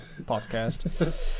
podcast